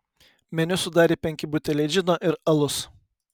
meniu sudarė penki buteliai džino ir alus